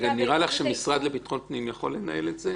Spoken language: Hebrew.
לך שהמשרד לביטחון פנים יכול לנהל את זה?